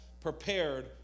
prepared